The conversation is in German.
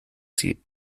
sie